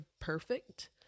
perfect